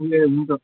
हुन्छ ए हुन्छ